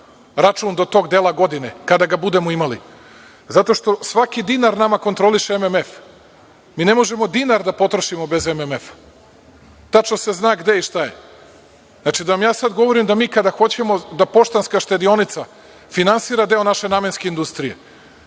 račun do tog dela godine kada ga budemo imali zato što svaki dinar nama kontroliše MMF, mi ne možemo dinar da potrošimo bez MMF-a. Tačno se zna gde je i šta je. Znači, da vam sad ja govorim da mi kada hoćemo da Poštanska štedionica finansira deo naše namenske industrije.